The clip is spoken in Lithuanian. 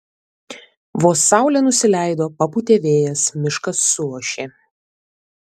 vos saulė nusileido papūtė vėjas miškas suošė